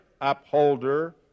upholder